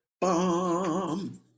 bum